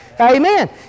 Amen